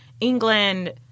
England